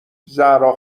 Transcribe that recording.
زهرا